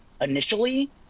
initially